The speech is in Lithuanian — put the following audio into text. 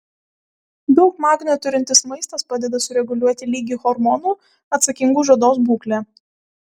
daug magnio turintis maistas padeda sureguliuoti lygį hormonų atsakingų už odos būklę